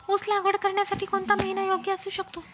ऊस लागवड करण्यासाठी कोणता महिना योग्य असू शकतो?